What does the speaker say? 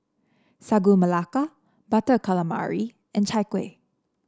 Sagu Melaka Butter Calamari and Chai Kueh